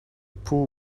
poor